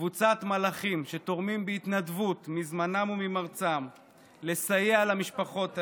קבוצת מלאכים שתורמים בהתנדבות מזמנם וממרצם לסייע למשפחות האלה.